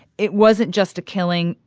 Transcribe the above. it wasn't just a killing.